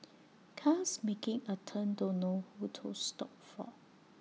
cars making A turn don't know who to stop for